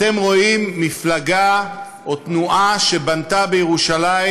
אתם רואים מפלגה או תנועה שבנתה בירושלים